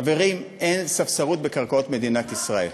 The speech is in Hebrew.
חברים, אין ספסרות בקרקעות מדינת ישראל.